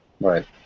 Right